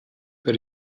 but